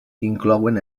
inclouen